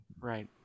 right